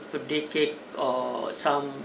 birthday cake or some